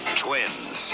twins